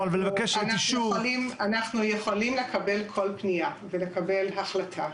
ולבקש את אישור --- אנחנו יכולים לקבל כל פנייה ולקבל החלטה.